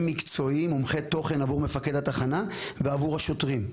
מקצועי מומחה תוכן בעבור התחנה ובעבור השוטרים.